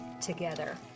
together